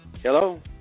Hello